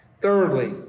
Thirdly